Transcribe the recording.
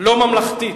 לא ממלכתית.